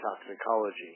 toxicology